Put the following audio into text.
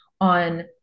on